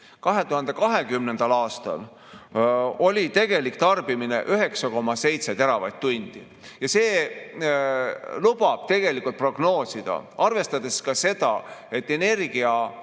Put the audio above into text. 2020. aastal oli tegelik tarbimine 9,7 teravatt-tundi ja see lubab prognoosida, arvestades ka seda, et elektrienergia